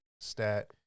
stat